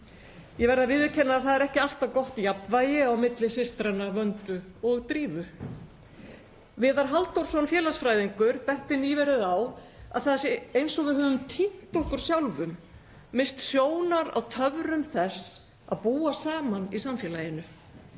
Ég verð að viðurkenna að það er ekki alltaf gott jafnvægi á milli systranna Vöndu og og Drífu. Viðar Halldórsson félagsfræðingur benti nýverið á að það sé eins og við höfum týnt okkur sjálfum, misst sjónar á töfrum þess að búa saman í samfélaginu.